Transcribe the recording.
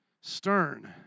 stern